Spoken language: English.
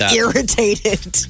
irritated